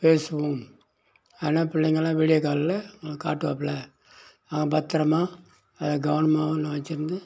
ஆனால் பிள்ளைகளாம் வீடியோ காலில் காட்டுவாப்பில நான் பத்திரமாக அதை கவனமாக உன்ன வச்சி இருந்து